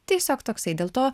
tiesiog toksai dėl to